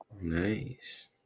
nice